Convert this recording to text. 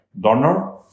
donor